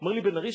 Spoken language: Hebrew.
אומר לי: בן-ארי,